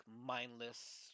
mindless